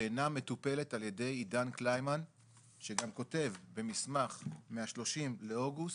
שאינה מטופלת על ידי עידן קלימן שגם כותב במסמך מה-30 באוגוסט,